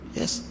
yes